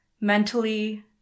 mentally